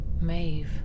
Maeve